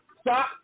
stop